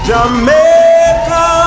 Jamaica